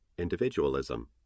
Individualism